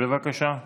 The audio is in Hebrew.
בבקשה.